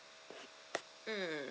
mm